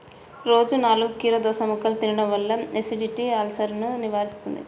రోజూ నాలుగు కీరదోసముక్కలు తినడం వల్ల ఎసిడిటీ, అల్సర్సను నివారిస్తుంది